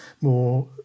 more